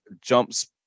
jumps